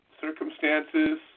circumstances